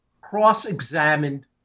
cross-examined